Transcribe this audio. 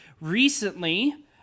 recently